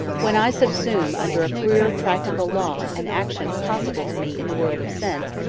when i subsume under a pure practical law an action possible to me in the world of sense,